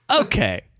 Okay